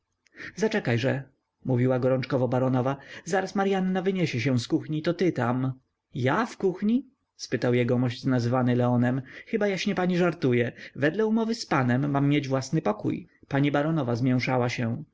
mnie zaczekajże mówiła gorączkowo baronowa zaraz maryanna wyniesie się z kuchni to ty tam ja w kuchni spytał jegomość nazwany leonem chyba jaśnie pani żartuje według umowy z panem mam mieć swój pokój pani baronowa zmięszała się